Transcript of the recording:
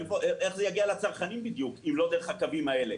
איך זה יגיע לצרכנים אם לא דרך הקווים האלה?